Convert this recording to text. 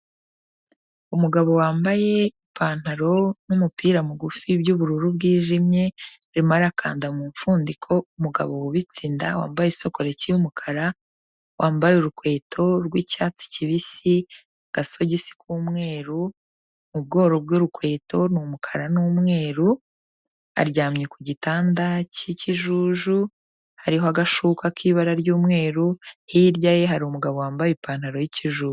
Umugabo wambaye ipantaro n'umupira mugufi by'ubururu bwijimye, arimo arakanda mu mpfundiko umugabo wubitse inda, wambaye isokoreti y'umukara, wambaye urukweto rw'icyatsi kibisi, agasogisi k'umweru, ubworo bwwurukweto ni umukara n'umweru, aryamye ku gitanda k'ikijuju hariho agashuka k'ibara ry'umweru, hirya ye hari umugabo wambaye ipantaro y'ikijuju.